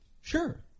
Sure